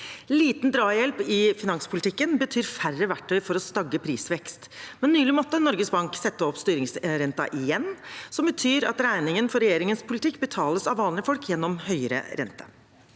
Liten drahjelp i finanspolitikken betyr færre verktøy for å stagge prisvekst. Nylig måtte Norges Bank sette opp styringsrenten igjen, noe som betyr at regningen for regjeringens politikk betales av vanlige folk gjennom høyere rente.